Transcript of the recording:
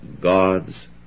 God's